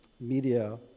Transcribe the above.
media